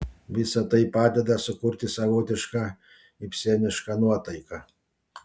visa tai padeda sukurti savotišką ibsenišką nuotaiką